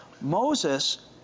Moses